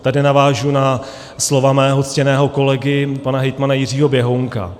Tady navážu na slova svého ctěného kolegy pana hejtmana Jiřího Běhounka.